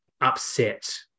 upset